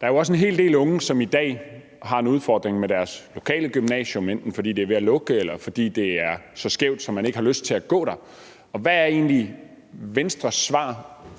Der er jo også en hel del unge, som i dag har en udfordring med deres lokale gymnasium, enten fordi det er ved at lukke, eller fordi der er så skæv en fordeling, at man ikke har lyst til at gå der. Og hvad er egentlig Venstres svar